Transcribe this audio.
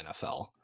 NFL